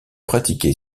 pratiqué